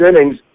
innings